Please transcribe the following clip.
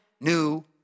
new